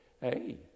hey